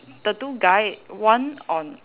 the two guy one on